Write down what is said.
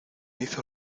hizo